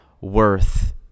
worth